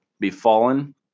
befallen